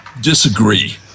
disagree